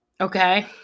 Okay